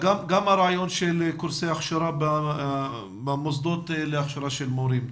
גם הרעיון של קורסי הכשרה במוסדות להכשרה של מורים.